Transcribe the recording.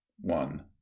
One